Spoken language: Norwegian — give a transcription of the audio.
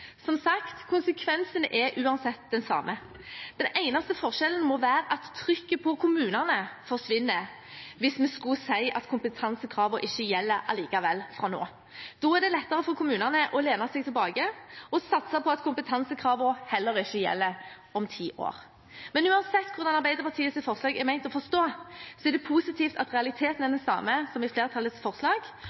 Som sagt, konsekvensen er uansett den samme. Den eneste forskjellen må være at trykket på kommunene forsvinner hvis vi skulle si at kompetansekravet ikke gjelder allikevel fra nå av. Da er det lettere for kommunene å lene seg tilbake og satse på at kompetansekravene heller ikke gjelder om ti år. Men uansett hvordan Arbeiderpartiets forslag er ment å forstås, så er det positivt at realiteten er den samme som i flertallets forslag,